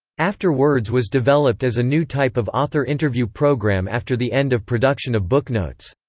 after words was developed as a new type of author interview program after the end of production of booknotes.